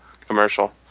commercial